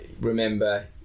remember